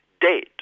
dead